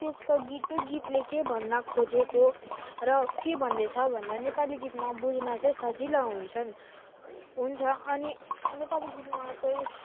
त्यसका गीत त्यो गीतले के भन्न खोजेको र के भन्दै छ भनेर नेपाली गीतमा बुझ्न चाहिँ सजिला हुन्छन् हुन्छ अनि नेपाली गीतमा चाहिँ